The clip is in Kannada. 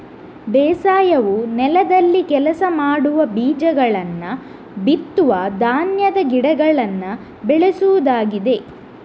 ಬೇಸಾಯವು ನೆಲದಲ್ಲಿ ಕೆಲಸ ಮಾಡುವ, ಬೀಜಗಳನ್ನ ಬಿತ್ತುವ ಧಾನ್ಯದ ಗಿಡಗಳನ್ನ ಬೆಳೆಸುವುದಾಗಿದೆ